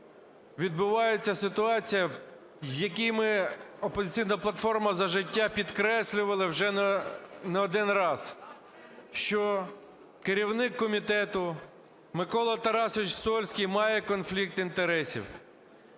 відбувається ситуація, в якій ми, "Опозиційна платформа - За життя", підкреслювали вже не один раз, що керівник комітету Микола Тарасович Сольський має конфлікт інтересів.